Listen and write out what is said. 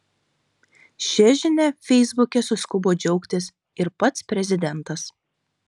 šia žinia feisbuke suskubo džiaugtis ir pats prezidentas